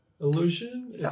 illusion